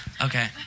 Okay